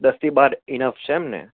દસ થી બાર ઇનફ છે એમને